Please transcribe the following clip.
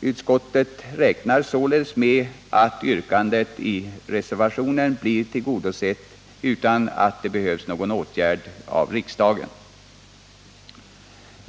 Utskottet räknar således med att yrkandet i reservationen blir tillgodosett utan att det behövs någon åtgärd av riksdagen.